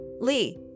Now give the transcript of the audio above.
Lee